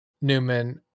Newman